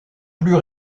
plus